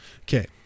Okay